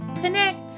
connect